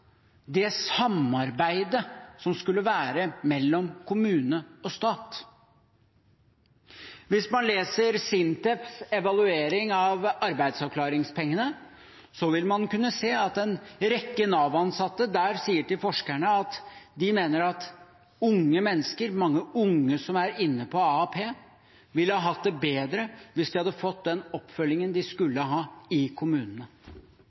samarbeidet som skal være mellom kommune og stat. Hvis man leser SINTEFs evaluering av arbeidsavklaringspengene, vil man kunne se at en rekke Nav-ansatte der sier til forskerne at de mener at unge mennesker, mange unge som har AAP, ville hatt det bedre hvis de hadde fått den oppfølgingen de skulle ha i kommunene.